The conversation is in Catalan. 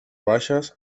baixes